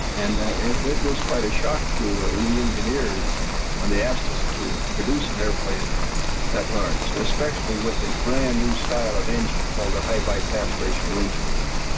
and it it was quite a shock to we engineers when they asked us to produce an aeroplane that large, especially with a brand-new style of engine called a high bypass ratio engine.